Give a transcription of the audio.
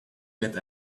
get